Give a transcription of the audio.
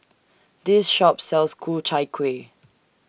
This Shop sells Ku Chai Kueh